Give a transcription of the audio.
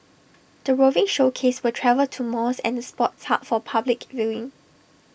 the roving showcase will travel to malls and the sports hub for public viewing